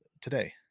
today